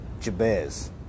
Jabez